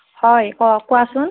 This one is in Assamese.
হয় ক কোৱাচোন